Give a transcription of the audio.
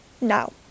Now